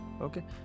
Okay